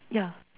ya